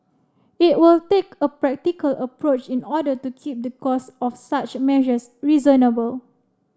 it will take a practical approach in order to keep the cost of such measures reasonable